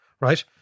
right